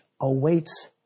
awaits